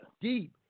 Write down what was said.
deep